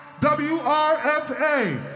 W-R-F-A